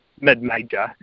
mid-major